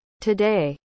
Today